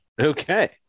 Okay